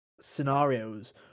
scenarios